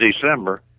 December